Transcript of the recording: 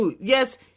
yes